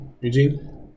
Eugene